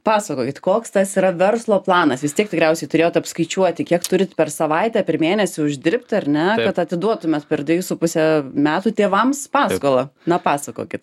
pasakokit koks tas yra verslo planas vis tiek tikriausiai turėjot apskaičiuoti kiek turit per savaitę per mėnesį uždirbti ar ne kad atiduotumėt per dvejus su puse metų tėvams paskolą na pasakokit